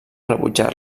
rebutjar